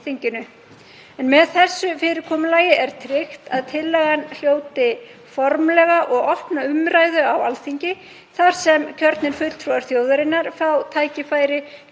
Með þessu fyrirkomulagi er tryggt að tillagan hljóti formlega og opna umræðu á Alþingi þar sem kjörnir fulltrúar þjóðarinnar fá tækifæri